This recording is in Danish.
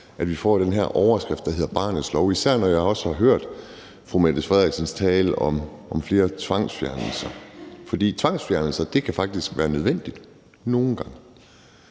andet – får den her overskrift, der hedder barnets lov. Det bliver jeg især, når jeg også har hørt statsministerens tale om flere tvangsfjernelser. For tvangsfjernelser kan faktisk være nødvendigt – nogle gange.